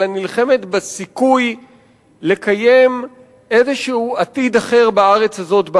אלא נלחמת בסיכוי לקיים איזה עתיד אחר בארץ הזאת.